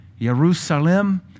Jerusalem